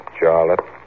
Charlotte